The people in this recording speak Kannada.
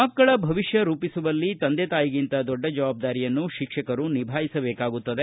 ಮಕ್ಕಳ ಭವಿಷ್ಯ ರೂಪಿಸುವಲ್ಲಿ ತಂದೆ ತಾಯಿಗಿಂತ ದೊಡ್ಡ ಜವಾಬ್ದಾರಿಯನ್ನು ಶಿಕ್ಷಕರು ನಿಭಾಯಿಸಬೇಕಾಗುತ್ತದೆ